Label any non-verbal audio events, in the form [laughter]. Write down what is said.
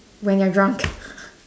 when you're drunk [noise]